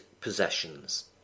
possessions